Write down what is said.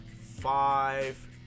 five